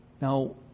Now